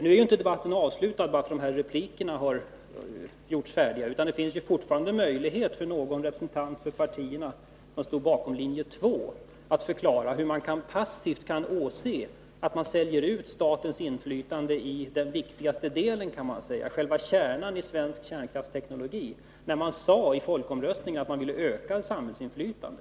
Nu är ju debatten inte avslutad bara för att detta replikskifte är över, utan det finns fortfarande en möjlighet för någon representant för de partier som stod bakom linje 2 att förklara hur de passivt kan åse att man säljer ut statens inflytande i den viktigaste delen, själva kärnan i svensk kärnkraftsteknologi, när de sade vid folkomröstningen att de ville ha ökat samhällsinflytande.